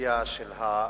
מהטרגדיה שלנו,